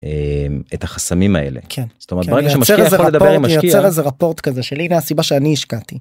את החסמים האלה כן לייצר איזה רפורט כזה שלי זה הסיבה שאני השקעתי.